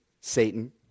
Satan